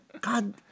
God